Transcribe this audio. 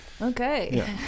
Okay